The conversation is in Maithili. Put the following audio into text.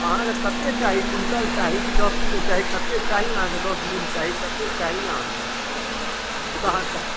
अहाँकेँ कतेक चाही कुन्टल चाही कि दश किलो चाही कतेक चाही अहाँकेँ दश मन चाही कतेक चाही अहाँकेँ से तऽ अहाँ कऽ